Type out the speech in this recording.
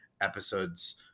episodes